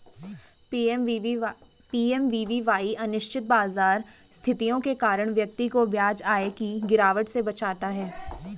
PMVVY अनिश्चित बाजार स्थितियों के कारण व्यक्ति को ब्याज आय की गिरावट से बचाता है